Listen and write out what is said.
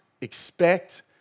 expect